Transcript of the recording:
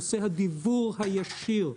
נושא הדיוור הישיר,